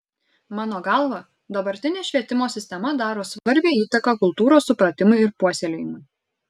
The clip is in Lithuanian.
mano galva dabartinė švietimo sistema daro svarbią įtaką kultūros supratimui ir puoselėjimui